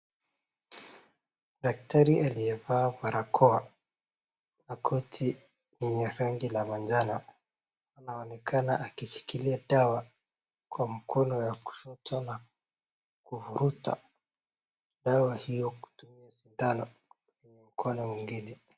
Daktari aliyevaa barakoa na koti lenye rangi ya manjano, anaonekana akishikia dawa kwa mkono wa kushoto na kufuruta dawa hiyo kutumia sindano kwenye mkono mwingine.